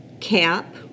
Cap